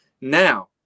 Now